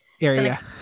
area